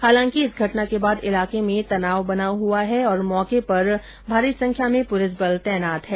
हालांकि इस घटना के बाद इलाके में तनाव बना हुआ है और मौके पर भारी संख्या में पुलिस बल तैनात है